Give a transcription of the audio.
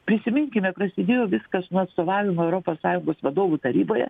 prisiminkime prasidėjo viskas nuo atstovavimo europos sąjungos vadovų taryboje